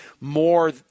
more